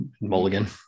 Mulligan